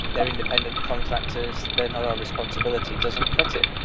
they're independent contractors, they're not our responsibility doesn't cut it.